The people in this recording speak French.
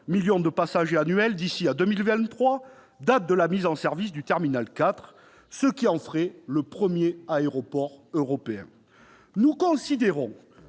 millions de passagers d'ici à 2023, date de mise en service du terminal 4, ce qui en ferait le premier aéroport européen.